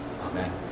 Amen